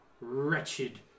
wretched